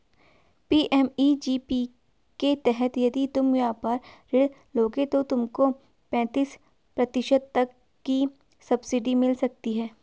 PMEGP के तहत यदि तुम व्यापार ऋण लोगे तो तुमको पैंतीस प्रतिशत तक की सब्सिडी मिल सकती है